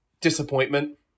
Disappointment